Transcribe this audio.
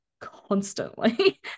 constantly